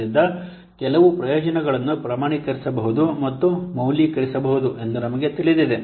ಆದ್ದರಿಂದ ಕೆಲವು ಪ್ರಯೋಜನಗಳನ್ನು ಪ್ರಮಾಣೀಕರಿಸಬಹುದು ಮತ್ತು ಮೌಲ್ಯೀಕರಿಸಬಹುದು ಎಂದು ನಮಗೆ ತಿಳಿದಿದೆ